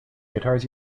guitars